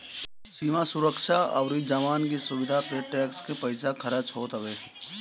सीमा सुरक्षा अउरी जवान की सुविधा पे टेक्स के पईसा खरच होत हवे